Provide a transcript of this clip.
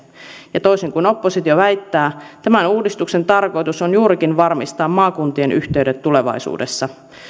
ja toisin kuin oppositio väittää tämän uudistuksen tarkoitus on juurikin varmistaa maakuntien yhteydet tulevaisuudessa